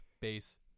bass